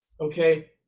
Okay